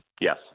Yes